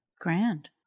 Grand